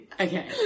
okay